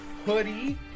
hoodie